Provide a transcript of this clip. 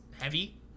heavy